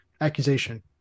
accusation